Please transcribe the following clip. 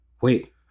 Wait